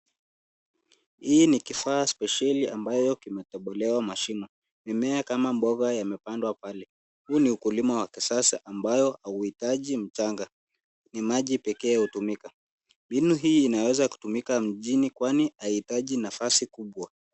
Hii ni kifaa spesheli amabyo kimetobolewa mashimo. Mimea kama mboga yamepandwa pale. Huu ni ukulima wa kisasa ambayo hauhitaji mchanga ni maji pekee hutumika. Mbinu hii inaweza kutumika mjini kwani haiitaji nafasi kubwa